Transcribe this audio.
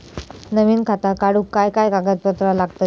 नवीन खाता काढूक काय काय कागदपत्रा लागतली?